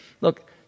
look